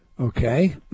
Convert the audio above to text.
Okay